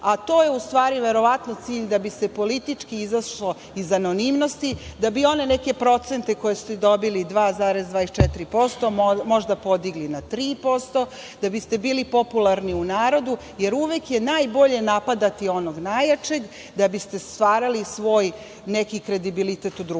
a to je u stvari, verovatno cilj da bi se politički izašlo iz anonimnosti, da bi one neke procente koje ste dobili 2,24% možda podigli na 3%, da bi ste bili popularni u narodu, jer uvek je najbolje napadati onog najjačeg da biste stvarali svoj neki kredibilitet u društvu.